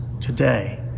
today